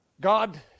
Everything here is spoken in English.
God